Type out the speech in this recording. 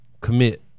commit